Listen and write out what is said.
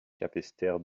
capesterre